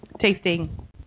tasting